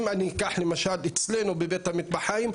אם אני אקח למשל אצלנו בבית המטבחיים,